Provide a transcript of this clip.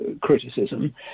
criticism